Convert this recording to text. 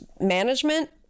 management